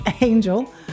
Angel